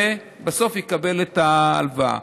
שבסוף יקבל את החזר ההלוואה.